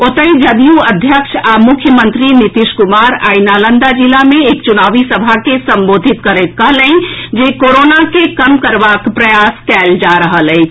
ओतहि जदयू अध्यक्ष आ मुख्यमत्री नीतीश कुमार आई नालंदा जिला मे एक चूनावी सभा के संबोधित करैत कहलनि जे कोरोना के कम करबाक प्रयास कयल जा रहल अछि